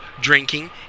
drinking